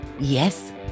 Yes